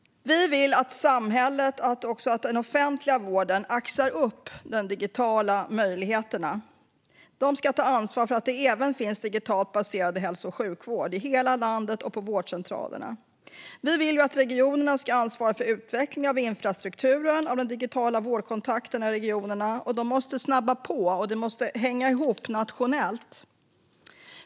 Vi vill att den offentliga vården axar upp de digitala möjligheterna. Man ska ta ansvar för att det även finns digitalt baserad hälso och sjukvård på vårdcentralerna i hela landet. Vi vill att regionerna ska ansvara för utvecklingen av infrastrukturen för de digitala vårdkontakterna i regionerna. De måste snabba på, och detta måste hänga ihop nationellt.